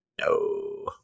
no